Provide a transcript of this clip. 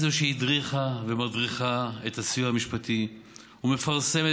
היא זו שהדריכה ומדריכה את הסיוע המשפטי ומפרסמת